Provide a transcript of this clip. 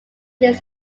his